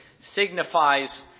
signifies